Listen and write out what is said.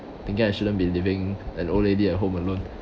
thinking I shouldn't be leaving an old lady at home alone